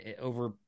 over